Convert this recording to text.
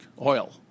oil